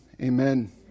amen